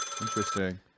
Interesting